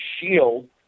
Shield